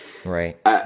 Right